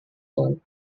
tall